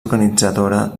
organitzadora